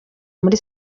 muri